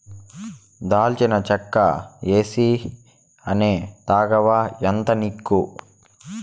దాల్చిన చెక్క ఏసీ అనే తాగవా ఏందానిక్కు